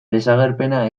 desagerpena